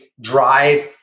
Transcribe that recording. drive